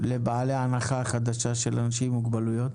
לבעלי ההנחה החדשה של אנשים עם מוגבלויות?